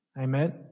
Amen